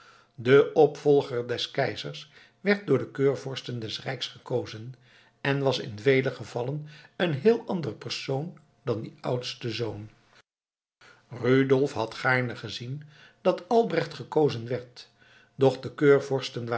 de opvolger des keizers werd door de keurvorsten des rijks gekozen en was in vele gevallen een heel ander persoon dan die oudste zoon rudolf had gaarne gezien dat albrecht gekozen werd doch